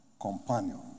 companion